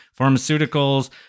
Pharmaceuticals